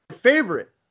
Favorite